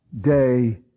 day